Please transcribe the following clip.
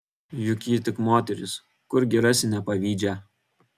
juk ji tik moteris kurgi rasi nepavydžią